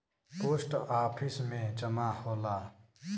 post office में जमा होला